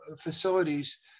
facilities